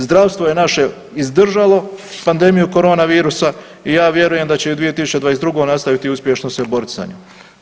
Zdravstvo je naše izdržalo pandemiju korona virusa i ja vjerujem da će i u 2022. nastaviti uspješno se borit sa njom.